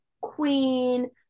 queen